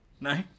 No